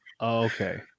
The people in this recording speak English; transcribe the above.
Okay